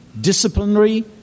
disciplinary